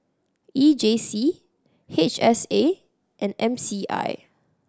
E J C H S A and M C I